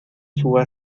suba